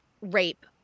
rape